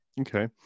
Okay